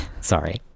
Sorry